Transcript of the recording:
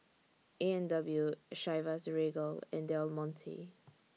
A and W Chivas Regal and Del Monte